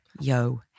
Yo